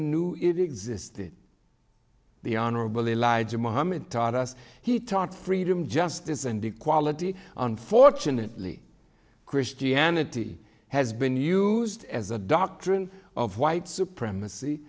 knew it existed the honorable elijah muhammad taught us he taught freedom justice and equality unfortunately christianity has been used as a doctrine of white supremacy